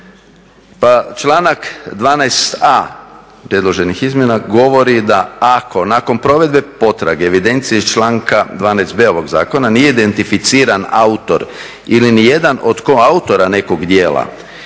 Pa članak 12.a predloženih izmjena govori da ako nakon provedbe potrage evidencije iz članka 12.b ovog zakona nije identificiran autor ili ni jedan od koautora nekog djela